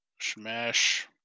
Smash